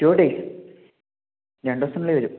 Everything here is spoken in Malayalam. ടു ഡേയ്സ് രണ്ട് ദിവസത്തിനുള്ളിൽ വരും